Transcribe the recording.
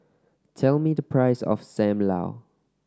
tell me the price of Sam Lau